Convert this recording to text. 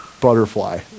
butterfly